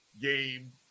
game